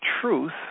truth